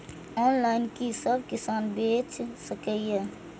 Online कि सब किसान बैच सके ये?